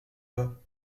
pas